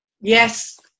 Yes